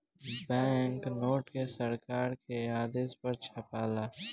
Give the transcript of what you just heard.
bank note के सरकार के आदेश पर छापाला